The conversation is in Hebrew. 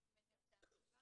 לא